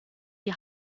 die